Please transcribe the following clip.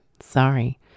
Sorry